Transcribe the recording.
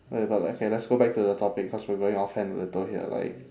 whatever lah okay let's go back to the topic cause we're going offhand a little here like